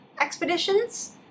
expeditions